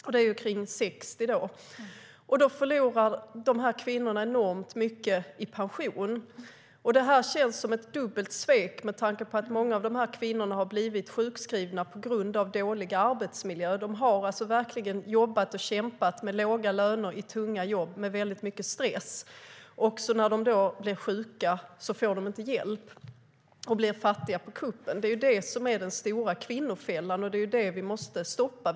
Det gäller kvinnor i 60-årsåldern. Dessa kvinnor förlorar enormt mycket i pension, och det känns som ett dubbelt svek med tanke på att många av kvinnorna har blivit sjukskrivna på grund av dålig arbetsmiljö. De har verkligen jobbat och kämpat med låga löner i tunga jobb med väldigt mycket stress. När de sedan blir sjuka får de inte hjälp, och på kuppen blir de fattiga. Det är ju det som är den stora kvinnofällan och det som vi måste stoppa.